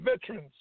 veterans